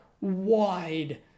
wide